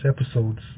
episodes